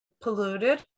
polluted